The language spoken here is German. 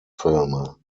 filme